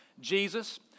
Jesus